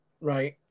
Right